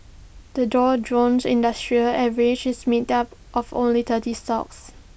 the Dow Jones industrial average is made up of only thirty stocks